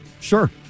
Sure